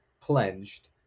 pledged